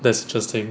that's interesting